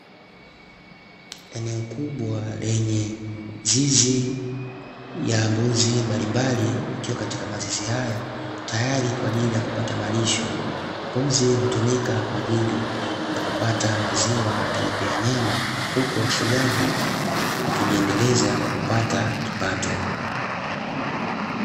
Eneo kubwa lenye zizi ya mbuzi mbalimbali wakiwa katika mazizi hayo tayari kwa ajili ya kupata malisho, mbuzi hutumika kwa ajili ya kupata maziwa lakini pia nyama huku wafugaji wakijiendeleza kwa kupata kipato.